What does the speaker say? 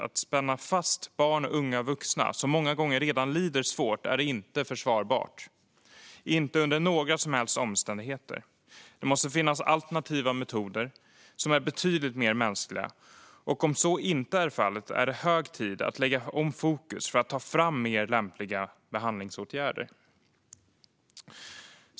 Att spänna fast barn och unga vuxna, som många gånger redan lider svårt, är inte försvarbart, inte under några som helst omständigheter. Det måste finnas alternativa metoder som är betydligt mer mänskliga. Om så inte är fallet är det hög tid att lägga om fokus för att ta fram mer lämpliga behandlingsåtgärder.